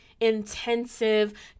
intensive